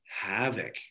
havoc